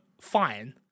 fine